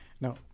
Now